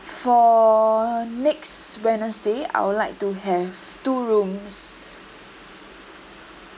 for next wednesday I would like to have two rooms